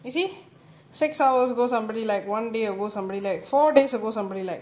you see six hours go somebody like one day ago somebody like four days ago somebody like